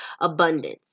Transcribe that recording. abundance